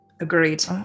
Agreed